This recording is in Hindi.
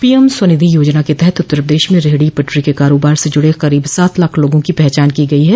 पी एम स्वनिधि योजना के तहत उत्तर प्रदेश में रेहडो पटरी के कारोबार से जुड़े करीब सात लाख लोगों की पहचान की गई है